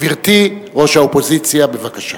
גברתי ראש האופוזיציה, בבקשה.